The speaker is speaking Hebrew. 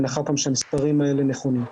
בהנחה שהמספרים האלה נכונים.